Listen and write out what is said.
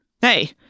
Hey